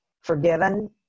forgiven